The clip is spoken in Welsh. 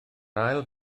ail